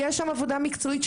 יש שם עבודה מקצועית,